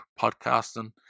podcasting